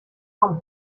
con